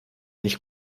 nicht